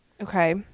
Okay